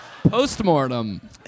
Post-mortem